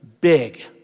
big